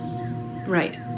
Right